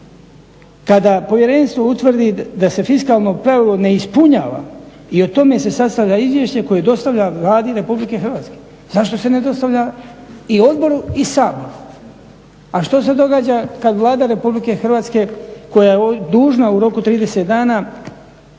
Kada povjerenstvo utvrdi da se fiskalno pravilo ne ispunjava i o tome se sastavlja izvješće koje dostavlja Vladi RH, zašto se ne dostavlja i odboru i Saboru? A što se događa kad Vlada RH koja je dužna u roku od 30 dana